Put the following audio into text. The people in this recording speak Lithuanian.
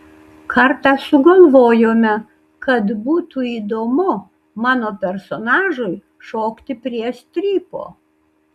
kartą sugalvojome kad būtų įdomu mano personažui šokti prie strypo